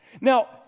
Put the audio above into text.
Now